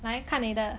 来看你的